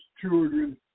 children